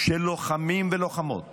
שלוחמים ולוחמות